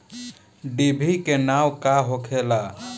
डिभी के नाव का होखेला?